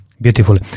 beautiful